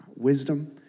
wisdom